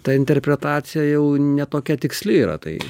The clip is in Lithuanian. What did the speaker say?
ta interpretacija jau ne tokia tiksli yra tai